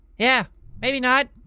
yeah maybe not.